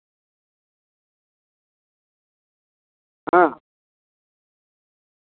ᱦᱮᱸ